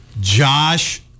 Josh